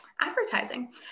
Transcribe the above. advertising